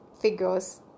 figures